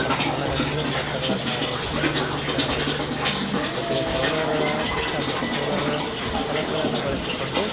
ತಮ್ಮ ಹೊಲಗಳಿಗೆ ಮೋಟ್ರ್ಗಳನ್ನು ಅಳವಡಿಸಿಕೊಂಡು ವಿದ್ಯುತ್ತನ್ನ ಬಳಸಿಕೊಂಡು ಜೊತೆಗೆ ಸೋಲಾರ ಸಿಸ್ಟಮ್ ಅಥವಾ ಸೋಲಾರ ಫಲಕಗಳನ್ನು ಬಳಸಿಕೊಂಡು